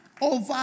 over